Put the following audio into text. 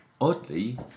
Oddly